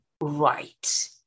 right